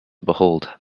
behold